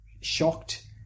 shocked